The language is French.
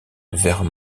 vert